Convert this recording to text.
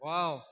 Wow